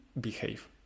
behave